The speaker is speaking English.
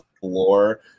floor